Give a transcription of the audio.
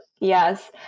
Yes